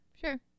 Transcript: sure